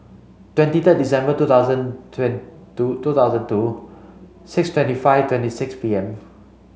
twenty third December two thousand two two thousand two six twenty five twenty six P M